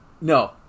No